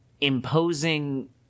imposing